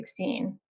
2016